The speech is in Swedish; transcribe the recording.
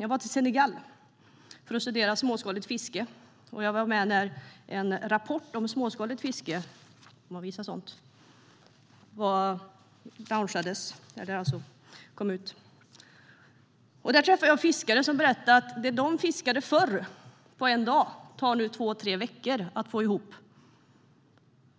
Jag var i Senegal för att studera småskaligt fiske, och jag var med när en rapport om småskaligt fiske kom ut. Där träffade jag en fiskare som berättade att det de fiskade på en dag förr tar nu två tre veckor att få ihop.